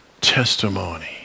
testimony